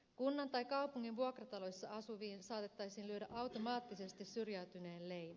kunnan tai kaupungin vuokrataloissa asuviin saatettaisiin lyödä automaattisesti syrjäytyneen leima